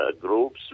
groups